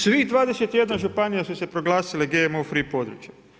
Svih 21 županija su se proglasile GMO free područjem.